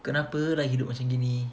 kenapa lah hidup macam ni